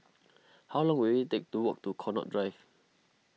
how long will it take to walk to Connaught Drive